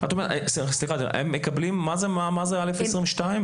סליחה, מה זה א22?